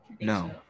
No